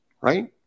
right